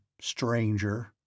stranger